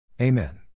Amen